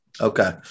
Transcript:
Okay